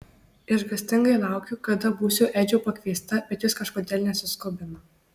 išgąstingai laukiu kada būsiu edžio pakviesta bet jis kažkodėl nesiskubina